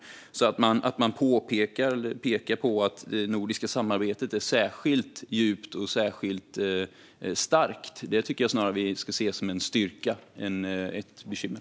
Att man pekar på att det nordiska samarbetet är särskilt djupt och särskilt starkt tycker jag snarare att vi ska se som en styrka än ett bekymmer.